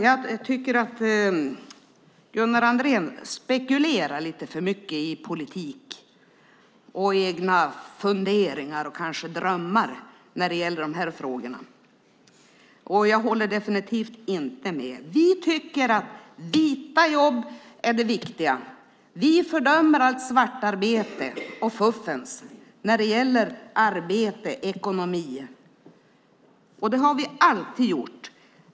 Jag tycker att Gunnar Andrén spekulerar lite för mycket i politik och egna funderingar och kanske drömmar när det gäller de här frågorna. Jag håller definitivt inte med. Vi tycker att vita jobb är det viktiga. Vi fördömer allt svartarbete och fuffens när det gäller arbete och ekonomi, och det har vi alltid gjort.